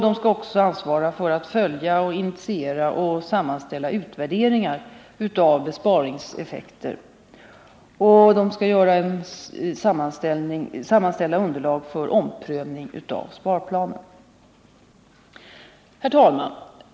Den skall också ansvara för att följa, initiera och sammanställa utvärderingar av besparingseffekter, och den skall sammanställa underlag för omprövning av sparplanen. Herr talman!